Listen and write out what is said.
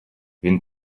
він